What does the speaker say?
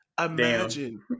imagine